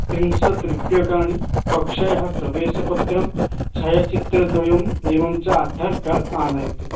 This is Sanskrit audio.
त्रिंशत् रूप्यकाणि कक्ष्यायाः प्रवेशपत्रं छायाचित्रद्वयम् एवं च आधार् कार्ड् आनयतु